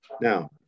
Now